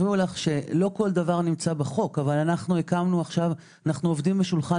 כל דבר נמצא בחוק אבל אנו עובדים בשולחן